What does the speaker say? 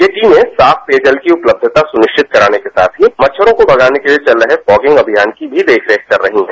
ये टीमें साफ पेयजल की उपलब्धता सुनिश्चित कराने के साथ ही मच्छरों को भगाने के लिए चल रहे फॉगिंग अभियान की भी देख रेख कर रही हैं